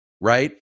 right